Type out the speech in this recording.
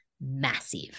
massive